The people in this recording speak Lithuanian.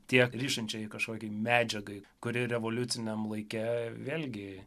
tiek rišančiajai kažkokiai medžiagai kuri revoliuciniam laike vėlgi